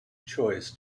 choice